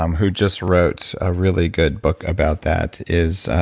um who just wrote a really good book about that is.